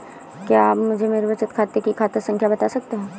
क्या आप मुझे मेरे बचत खाते की खाता संख्या बता सकते हैं?